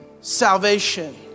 salvation